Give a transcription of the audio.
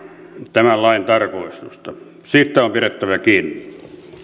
tämän lain tarkoitusta siitä on pidettävä kiinni